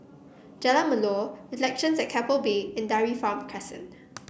Jalan Melor Reflections at Keppel Bay and Dairy Farm Crescent